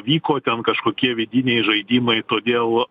vyko ten kažkokie vidiniai žaidimai todėl